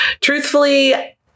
truthfully